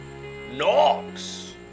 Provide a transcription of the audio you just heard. knocks